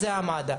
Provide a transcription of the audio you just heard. הוא מד"א.